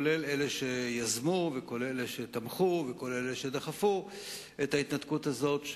לרבות אלה שיזמו ולרבות אלה שתמכו ודחפו את ההתנתקות הזאת,